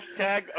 hashtag